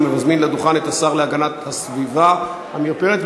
אני מזמין לדוכן את השר להגנת הסביבה עמיר פרץ.